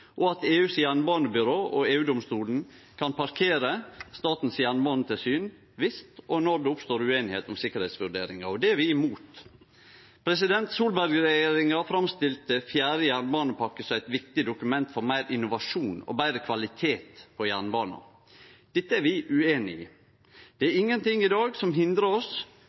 og at EUs jernbanebyrå og EU-domstolen kan parkere Statens jernbanetilsyn viss og når det oppstår ueinigheit om sikkerheitsvurderingar. Det er vi imot. Solberg-regjeringa framstilte fjerde jernbanepakke som eit viktig dokument for meir innovasjon og betre kvalitet på jernbana. Dette er vi ueinige i. Det er ingen ting i dag som hindrar oss